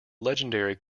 legendary